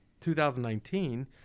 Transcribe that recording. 2019